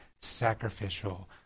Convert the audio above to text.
sacrificial